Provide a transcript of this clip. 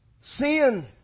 Sin